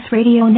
Radio